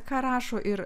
ką rašo ir